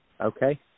Okay